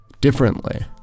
differently